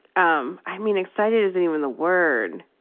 um i mean excited isn't even the word.